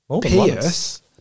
Pierce